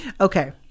Okay